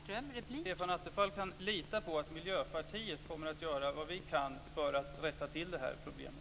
Fru talman! Stefan Attefall kan lita på att Miljöpartiet kommer att göra vad vi kan för att rätta till det här problemet.